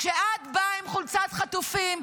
כשאת באה עם חולצת חטופים,